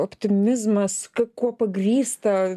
optimizmas kuo pagrįsta